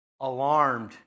Alarmed